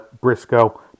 Briscoe